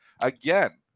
again